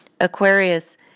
Aquarius